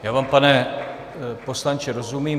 Já vám, pane poslanče, rozumím.